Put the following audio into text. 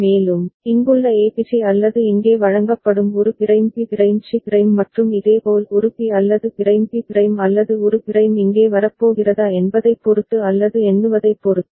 மேலும் இங்குள்ள ஏபிசி அல்லது இங்கே வழங்கப்படும் ஒரு prime B prime C prime மற்றும் இதேபோல் ஒரு பி அல்லது பிரைம் பி பிரைம் அல்லது ஒரு பிரைம் இங்கே வரப்போகிறதா என்பதைப் பொறுத்து அல்லது எண்ணுவதைப் பொறுத்து